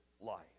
life